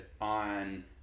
on